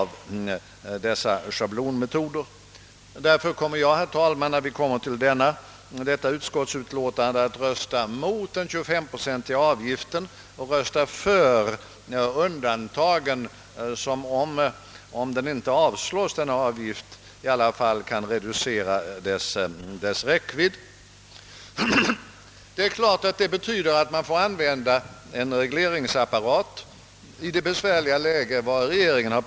Vid behandlingen av det utskottsutlåtande som rör den saken kommer jag därför, herr talman, att i första hand rösta emot förslaget om den 25-procentiga avgiften samt i andra hand, om förslaget inte avslås, rösta för undantagen, som åtminstone kan något reducera avgiftens räckvidd. Detta innebär naturligtvis, att vi i det besvärliga läge, som regeringen bragt oss i tvingas acceptera en regleringsapparat.